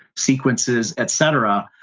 sequences, etc,